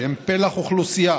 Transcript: שהם פלח אוכלוסייה